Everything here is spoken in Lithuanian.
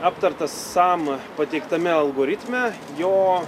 aptartas sam pateiktame algoritme jo